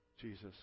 Jesus